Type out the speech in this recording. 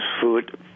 food